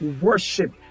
worship